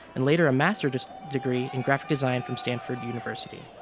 and later a master's degree in graphic design from stanford university.